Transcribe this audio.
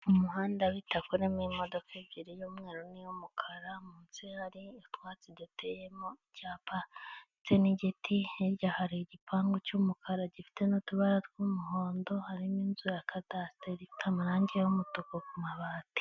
Umuhanda w'itaka uri mo imodoka ebyiri y'mweru n'iy'umukara munsi hari utwatsi duteyemo cyapa ndetse n'igiti, hirya hari igipangu cy'umukara gifite n'utubara tw'umuhondo hari n'inzu ya kadasiteri ifite amarangi y'umutuku ku mabati.